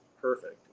perfect